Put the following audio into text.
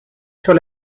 sur